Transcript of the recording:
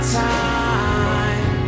time